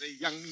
young